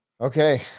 Okay